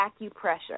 acupressure